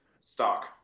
stock